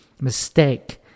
mistake